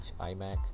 iMac